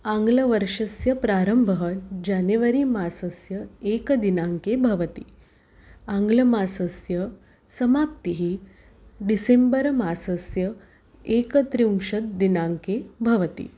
आङ्ग्लवर्षस्य प्रारम्भः जनेवरी मासस्य एकदिनाङ्के भवति आङ्ग्लमासस्य समाप्तिः डिसेम्बर् मासस्य एकत्रिंशत् दिनाङ्के भवति